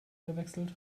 gewechselt